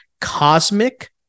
cosmic